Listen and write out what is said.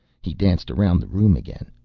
he danced around the room again.